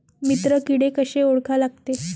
मित्र किडे कशे ओळखा लागते?